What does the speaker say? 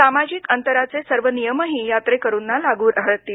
सामाजिक अंतराचे सर्व नियमही यात्रेकरूना लागू असतील